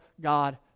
God